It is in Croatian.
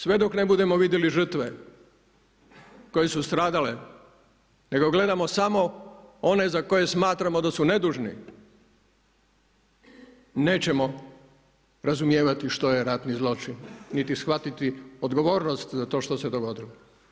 Sve dok ne budemo vidjeli žrtve, koje su stradale, nego gledamo samo one za koje smatramo da su nedužni, nećemo razumijevati što je ratni zločin, niti shvatiti odgovornost za to što se dogodilo.